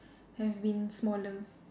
have been smaller